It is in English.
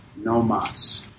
nomas